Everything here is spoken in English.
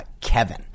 Kevin